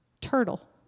turtle